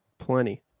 Plenty